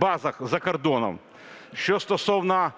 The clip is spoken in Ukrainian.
базах за кордоном. Що стосовно